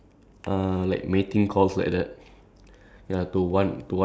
so ya there's this one time when uh almost caught